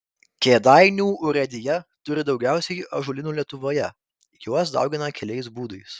kėdainių urėdija turi daugiausiai ąžuolynų lietuvoje juos daugina keliais būdais